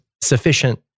sufficient